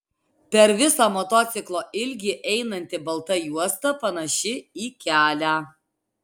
per visą motociklo ilgį einanti balta juosta panaši į kelią